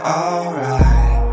alright